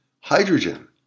hydrogen